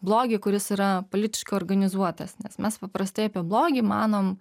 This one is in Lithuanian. blogį kuris yra politiškai organizuotas nes mes paprastai apie blogį manom